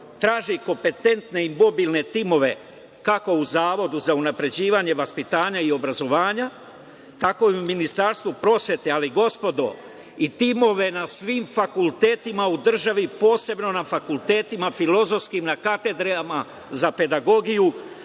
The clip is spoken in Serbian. traži kompetentne i mobilne timove kako u Zavodu za unapređivanje vaspitanja i obrazovanja, tako i u Ministarstvu prosvete, ali, gospodo, timove na svim fakultetima u državi posebno na fakultetima filozofskim, na katedrama za pedagogiju